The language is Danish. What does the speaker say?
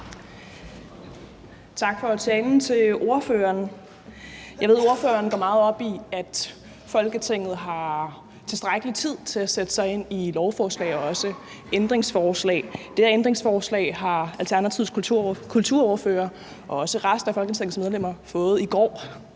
ordføreren for talen. Jeg ved, at ordføreren går meget op i, at Folketinget har tilstrækkelig tid til at sætte sig ind i lovforslag og også ændringsforslag. Det her ændringsforslag har Alternativets kulturordfører og også resten af Folketingets medlemmer fået i går